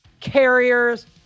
carriers